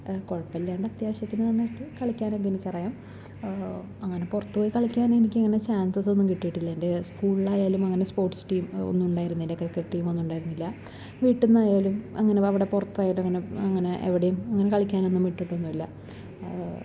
കുഴപ്പമില്ലാതെ അത്യാവശ്യത്തിന് നന്നായിട്ട് കളിക്കാനൊക്കെ എനിക്ക് അറിയാം അങ്ങനെ പുറത്തു പോയി കളിക്കാൻ എനിക്ക് അങ്ങനെ ചാൻസസൊന്നും കിട്ടിയിട്ടില്ല എൻ്റെ സ്കൂളിലായാലും അങ്ങനെ സ്പോർട്സ് ടീമും ഒന്നും ഉണ്ടായിരുന്നില്ല ക്രിക്കറ്റ് ടീം ഒന്നും ഉണ്ടായിരുന്നില്ല വീട്ടിൽ നിന്നായാലും അങ്ങനെ അവിടെ പുറത്തായാലും അങ്ങനെ അങ്ങനെ എവിടേയും അങ്ങനെ കളിക്കാനൊന്നും വിട്ടിട്ടൊന്നുമില്ല